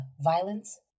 violence